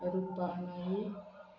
Rupa Naik